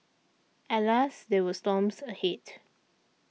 alas there were storms ahead